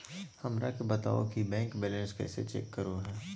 हमरा के बताओ कि बैंक बैलेंस कैसे चेक करो है?